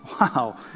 Wow